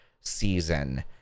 season